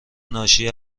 ناشی